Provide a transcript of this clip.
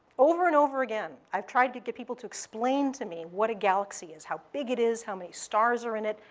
over and over again, i've tried to get people to explain to me what a galaxy is. how big it is, how many stars are in it.